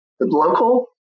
local